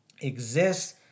exists